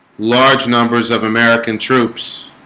large numbers of american troops